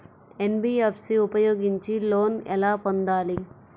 NBFC ఉపయోగించి loan ఎలా పొందాలి?